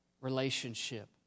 relationship